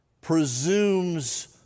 presumes